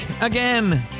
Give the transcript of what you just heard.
again